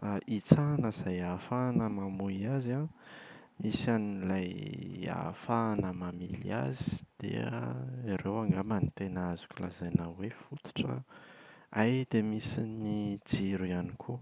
a-hitsahana izay ahafahana mamoy azy an, misy an’ilay ahafahana mamily azy dia ireo angamba no tena azoko lazaina hoe fototra an. Hay dia misy ny jiro ihany koa.